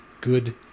good